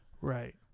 Right